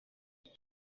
shay